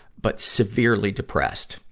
but severely depressed.